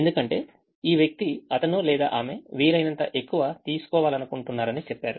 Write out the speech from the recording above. ఎందుకంటే ఈ వ్యక్తి అతను లేదా ఆమె వీలైనంత ఎక్కువ తీసుకోవాలనుకుంటున్నారని చెప్పారు